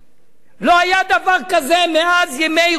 לא היה דבר כזה מאז ימי רומי,